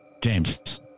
James